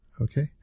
Okay